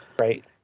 Right